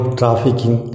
trafficking